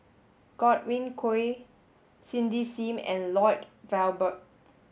Godwin Koay Cindy Sim and Lloyd Valberg